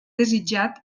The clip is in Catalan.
desitjat